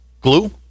Glue